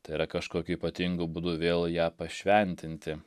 tai yra kažkokiu ypatingu būdu vėl ją pašventinti